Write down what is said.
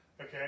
Okay